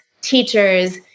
teachers